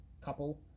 couple